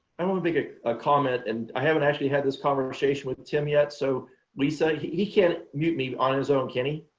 i want to make a comment and i haven't actually had this conversation with tim yet so we say he can't mute me on his own can